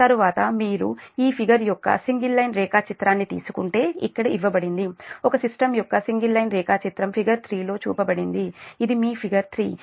తరువాత మీరు ఈ ఫిగర్ యొక్క సింగిల్ లైన్ రేఖాచిత్రాన్ని తీసుకుంటే ఇక్కడ ఇవ్వబడింది ఒక సిస్టమ్ యొక్క సింగిల్ లైన్ రేఖాచిత్రం ఫిగర్ 3 లో చూపబడింది ఇది మీ ఫిగర్ 3